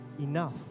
enough